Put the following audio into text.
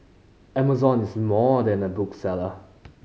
Amazon is more than a bookseller